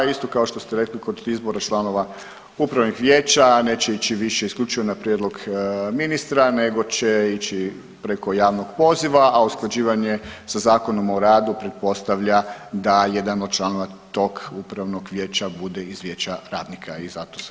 Isto kao što ste rekli kod izbora članova Upravnih vijeća neće ići više isključivo na prijedlog ministra, nego će ići preko javnog poziva, a usklađivanje sa Zakonom o radu pretpostavlja da jedan od članova tog Upravnog vijeća bude iz Vijeća radnika i zato se ovaj zakon i mijenja.